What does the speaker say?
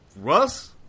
Russ